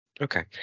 okay